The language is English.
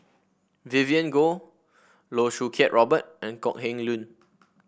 Vivien Goh Loh Choo Kiat Robert and Kok Heng Leun